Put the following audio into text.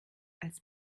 als